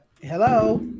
Hello